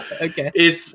Okay